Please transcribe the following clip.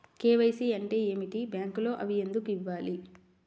KYC అంటే ఏమిటి? బ్యాంకులో అవి ఎందుకు ఇవ్వాలి?